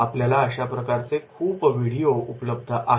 आपल्याला अशा प्रकारचे खूप व्हिडीओ उपलब्ध आहेत